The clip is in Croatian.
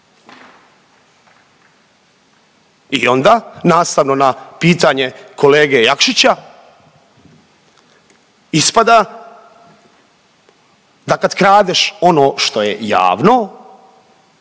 I onda nastavno na pitanje kolege Jakšića ispada da kad kradeš ono što je javno